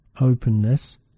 openness